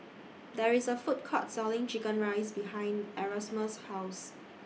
There IS A Food Court Selling Chicken Rice behind Erasmus' House